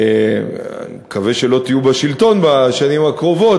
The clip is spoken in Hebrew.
אני מקווה שלא תהיו בשלטון בשנים הקרובות,